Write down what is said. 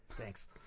Thanks